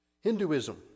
hinduism